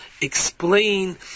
explain